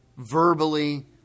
Verbally